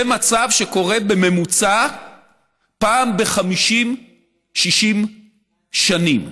זה מצב שקורה בממוצע פעם ב-50 60 שנים,